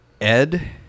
Ed